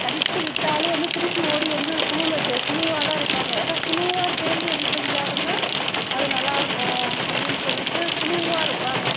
தனித்துவிட்டாலும் வந்து திருப்பி ஓடிவந்து குழுவில் குழுவாகதான் இருப்பாங்க ஏன்னா குழுவாக சேர்ந்து எது செஞ்சாலுந்தான் அது நல்லாயிருக்கும் அப்படின்னு சொல்லிவிட்டு குழுவாக இருப்பாங்க